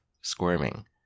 squirming